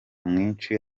mwinshi